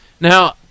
Now